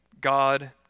God